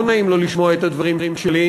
לא נעים לו לשמוע את הדברים שלי,